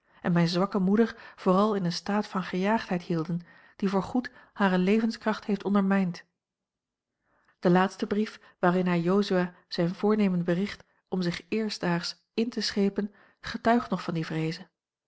en mijne zwakke moeder vooral in een staat van gejaagdheid hielden die voorgoed hare levenskracht heeft ondermijnd de laatste brief waarin hij jozua zijn voornemen bericht om zich eerstdaags in te schepen getuigt nog van die vreeze